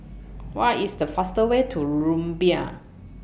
What IS The fastest Way to Rumbia